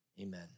amen